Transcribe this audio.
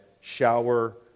Shower